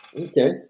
okay